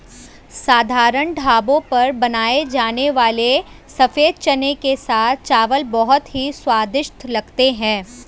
साधारण ढाबों पर बनाए जाने वाले सफेद चने के साथ चावल बहुत ही स्वादिष्ट लगते हैं